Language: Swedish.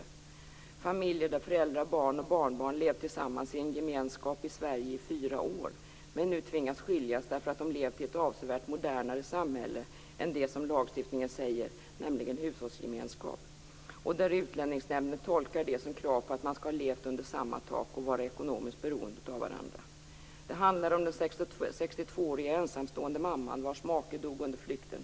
Det handlar om familjer där föräldrar, barn och barnbarn levt tillsammans i en gemenskap i Sverige i fyra år, men som nu tvingas skiljas därför att de levt i ett avsevärt modernare samhälle än det som lagstiftningen avser, nämligen hushållsgemenskap. Utlänningsnämnden tolkar detta som krav på att man skall ha levt under samma tak och vara ekonomiskt beroende av varandra. Det handlar om den 62-åriga ensamstående mamman vars make dog under flykten.